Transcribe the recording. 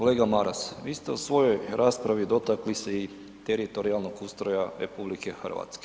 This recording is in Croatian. Kolega Maras, vi ste u svojoj raspravi dotakli se i teritorijalnog ustroja RH.